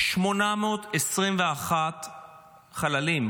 821 חללים.